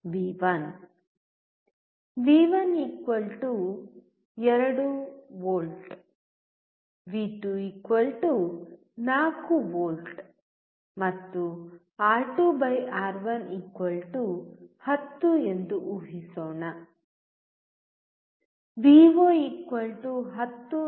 ವಿ1 2 V ವಿ2 4 V ಮತ್ತು ಆರ್2 ಆರ್1 10 ಎಂದು ಊಹಿಸೋಣ